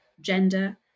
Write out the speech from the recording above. Gender